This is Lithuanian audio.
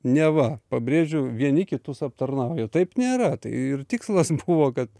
neva pabrėžiu vieni kitus aptarnauja taip nėra ir tikslas buvo kad